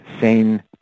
sane